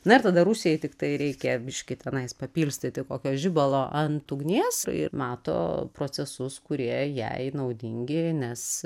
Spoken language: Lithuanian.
na ir tada rusijai tiktai reikia biškį tenais papilstyti kokio žibalo ant ugnies ir mato procesus kurie jai naudingi nes